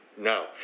No